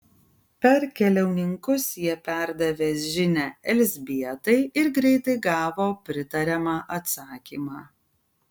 per keliauninkus jie perdavė žinią elzbietai ir greitai gavo pritariamą atsakymą